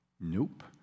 Nope